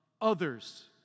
others